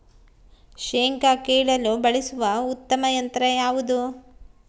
ಶೇಂಗಾ ಕೇಳಲು ಬಳಸುವ ಉತ್ತಮ ಯಂತ್ರ ಯಾವುದು?